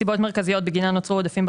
סיבות מרכזיות בגינן נוצרו עודפים: